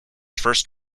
first